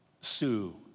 Sue